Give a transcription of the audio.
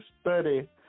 study